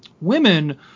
women